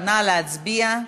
נא להצביע.